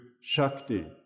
Shakti